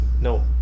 no